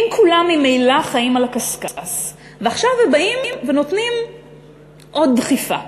אם כולם ממילא חיים על הקשקש ועכשיו באים ונותנים עוד דחיפה,